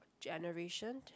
generation